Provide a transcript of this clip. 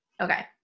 Okay